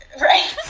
right